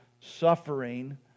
suffering